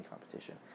competition